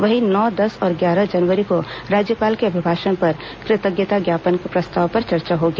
वहीं नौ दस और ग्यारह जनवरी को राज्यपाल के अभिभाषण पर कृतज्ञता ज्ञापन प्रस्ताव पर चर्चा होगी